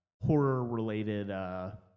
horror-related